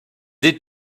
des